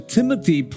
Timothy